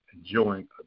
enjoying